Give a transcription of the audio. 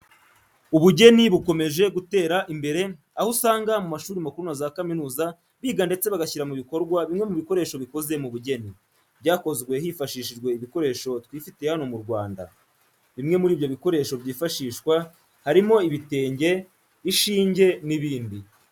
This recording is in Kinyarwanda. Ubugeni bukomeje gutera imbere, aho usanga mu mashuri makuru na za kaminuza biga ndetse bagashyira mu bikorwa bimwe mu bikoresho bikoze mu bugeni, byakozwe hifashishijwe ibikoresho twifitiye hano mu Rwanda. Bimwe muri ibyo bikoresho byifashishwa harimo ibitenge, ishinge n'ibindi.